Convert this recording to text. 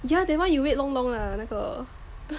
yah that one you wait long long lah 那个